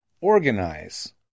organize